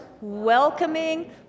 welcoming